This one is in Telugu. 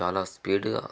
చాలా స్పీడ్గా